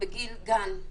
בגיל גן.